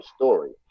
story